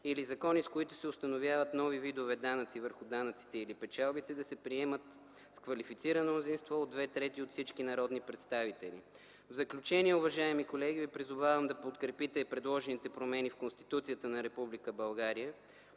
или закони, с които се установяват нови видове данъци върху данъците или печалбите, да се приемат с квалифицирано мнозинство от две трети от всички народни представители. В заключение, уважаеми колеги, ви призовавам да подкрепите предложените промени в Конституцията на